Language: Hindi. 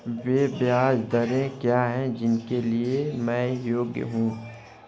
वे ब्याज दरें क्या हैं जिनके लिए मैं योग्य हूँ?